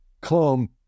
Come